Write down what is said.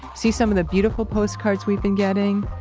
see some of the beautiful postcards we've been getting,